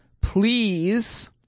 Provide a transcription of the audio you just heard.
Please